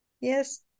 Yes